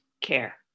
care